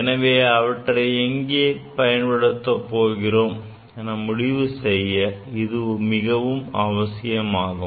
எனவே அவற்றை எங்கே பயன்படுத்தப் போகிறோம் என முடிவு செய்ய இது மிகவும் அவசியமாகும்